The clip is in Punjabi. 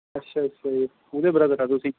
ਅੱਛਾ ਅੱਛਾ ਜੀ ਉਹਦੇ ਬ੍ਰਦਰ ਆ ਤੁਸੀਂ